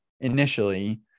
initially